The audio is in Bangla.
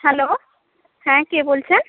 হ্যালো হ্যাঁ কে বলছেন